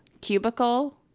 cubicle